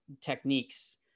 techniques